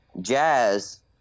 jazz